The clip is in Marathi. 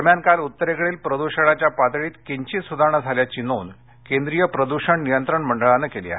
दरम्यान काल उत्तरेकडील प्रदूषणाच्या पातळीत किंधित सुधारणा झाल्याची नोंद केंद्रीय प्रदूषण नियंत्रण मंडळानं केली आहे